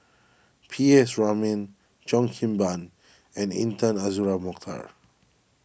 P S Raman Cheo Kim Ban and Intan Azura Mokhtar